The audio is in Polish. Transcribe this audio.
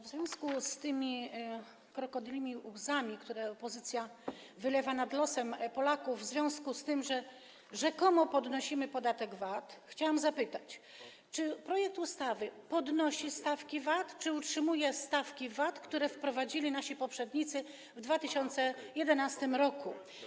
W związku z tymi krokodylimi łzami, które opozycja wylewa nad losem Polaków, w związku z tym, że rzekomo podnosimy podatek VAT, chciałam zapytać: Czy projekt ustawy podnosi stawki VAT, czy utrzymuje stawki VAT, które wprowadzili nasi poprzednicy w 2011 r.